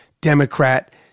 Democrat